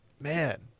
Man